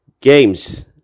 Games